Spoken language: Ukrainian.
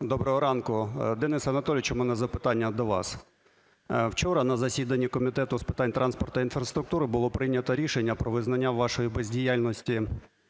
Доброго ранку. Денис Анатолійович, у мене запитання до вас. Учора на засіданні Комітету з питань транспорту та інфраструктури було прийнято рішення про визнання вашої бездіяльності